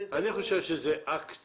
אני חושב שזה אקט